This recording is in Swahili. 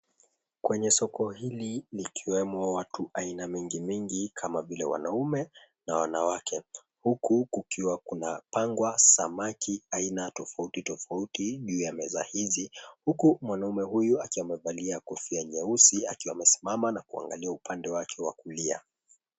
Kwenye soko hili likiwemo watu aina mingi mingi kama vile wanaume na wanawake huku kukiwa kunapangwa samaki aina tofauti tofauti juu ya meza hizi huku mwanaume akiwa amevalia kofia nyeusi akiwa amesimama na kuangalia upande wake wa kulia.